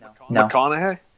McConaughey